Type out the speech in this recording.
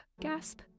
gasp